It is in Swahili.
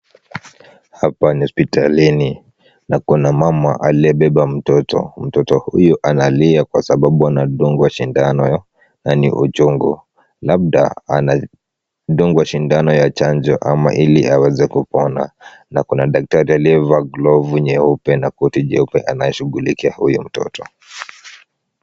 Hapa ni hospitalini na kuna mama aliyebeba mtoto. Mtoto huyu analia kwa sababu anadungwa sindano na ni uchungu. Labda anadungwa sindano ya chanjo ili aweze kupona na kuna daktari aliyevaa glovu nyeupe na koti jeupe anayeshughulikia huyo mtoto.